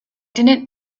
didn’t